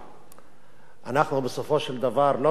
אנחנו בסופו של דבר לא רוצים מצב שבו